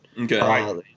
Okay